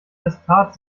testat